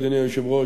אדוני היושב-ראש,